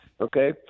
Okay